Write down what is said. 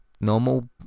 normal